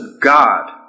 God